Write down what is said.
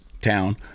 town